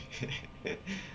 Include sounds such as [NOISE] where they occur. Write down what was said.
okay [LAUGHS]